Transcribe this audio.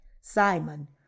Simon